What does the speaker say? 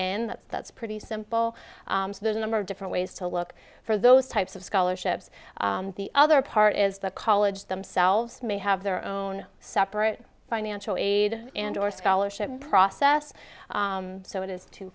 in that's pretty simple there's a number of different ways to look for those types of scholarships the other part is the college themselves may have their own separate financial aid and or scholarship process so it is